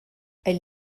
elle